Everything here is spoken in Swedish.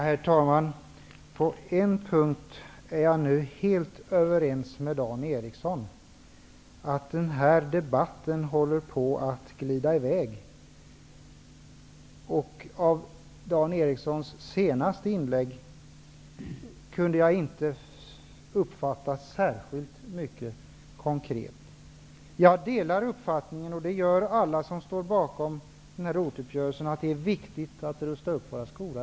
Herr talman! På en punkt är jag helt överens med Dan Eriksson, att den här debatten håller på att glida i väg. Av Dan Erikssons senaste inlägg kunde jag inte uppfatta särskilt mycket konkret. Jag -- och alla som står bakom ROT-uppgörelsen -- delar uppfattningen att det är viktigt att rusta upp skolorna.